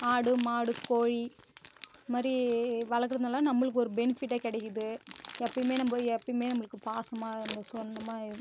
ஆடு மாடு கோழி இது மாதிரி வளக்கிறதெல்லாம் நம்மளுக்கு ஒரு பெனிஃபிட்டாக கிடைக்கிது எப்பயுமே நம்ம எப்பயுமே நம்மளுக்கு பாசமாக நமக்கு சொந்தமாக